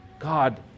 God